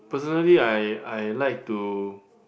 personally I I like to